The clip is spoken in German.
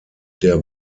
der